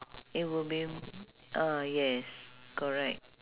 it would be ah yes correct